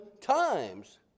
times